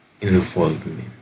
involvement